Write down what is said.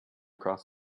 cross